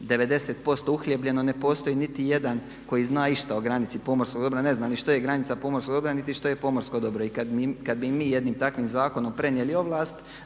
90% uhljebljeno ne postoji niti jedan koji zna išta o granici pomorskog dobra. Ne zna ni što je granica pomorskog dobra, niti što je pomorsko dobro. I kad bi mi jednim takvim zakonom prenijeli ovlast